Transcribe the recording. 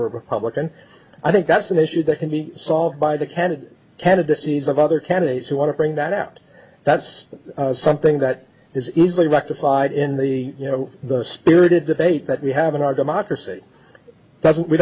were a republican i think that's an issue that can be solved by the candidate candidacies of other candidates who want to bring that out that's something that is easily rectified in the you know the spirited debate that we have in our democracy doesn't we